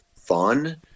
fun